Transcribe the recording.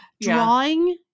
Drawing